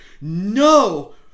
no